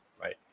right